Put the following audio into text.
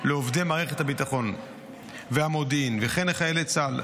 לעובדי מערכת הביטחון והמודיעין וכן לחיילי צה"ל,